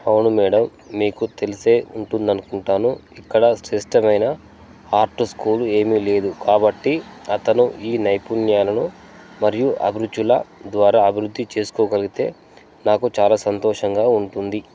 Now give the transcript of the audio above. అవును మేడం మీకు తెలిసే ఉంటుంది అనుకుంటాను ఇక్కడ శ్రేష్ఠమైన ఆర్ట్ స్కూల్ ఏమీ లేదు కాబట్టి అతను ఈ నైపుణ్యాలను మరియు అభిరుచుల ద్వారా అభివృద్ధి చేసుకోగలిగితే నాకు చాలా సంతోషంగా ఉంటుంది